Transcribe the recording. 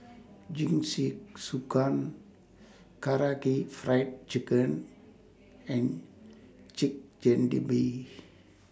Karaage Fried Chicken and Chigenabe